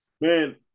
Man